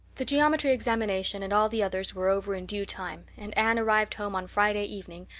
the geometry examination and all the others were over in due time and anne arrived home on friday evening,